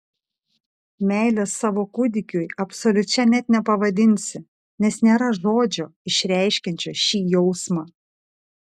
meilės savo kūdikiui absoliučia net nepavadinsi nes nėra žodžio išreiškiančio šį jausmą